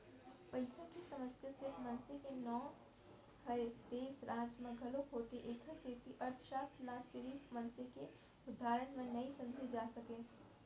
पइसा के समस्या सिरिफ मनसे के नो हय, देस, राज म घलोक होथे एखरे सेती अर्थसास्त्र ल सिरिफ मनसे के उदाहरन म नइ समझे जा सकय